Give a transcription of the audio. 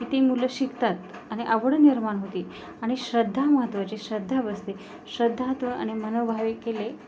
की ती मुलं शिकतात आणि आवड निर्माण होती आणि श्रद्धा महत्त्वाची श्रद्धा बसते श्रद्धातून आणि मनोभावी केले